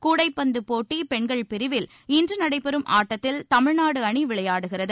கூடைப்பந்துப் போட்டி பெண்கள் பிரிவில் இன்று நடைபெறும் ஆட்டத்தில் தமிழ்நாடு அணி விளையாடுகிறது